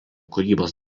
kūrybos